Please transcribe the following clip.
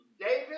David